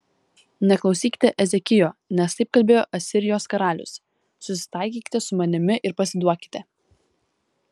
neklausykite ezekijo nes taip kalbėjo asirijos karalius susitaikykite su manimi ir pasiduokite